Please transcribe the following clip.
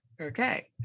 Okay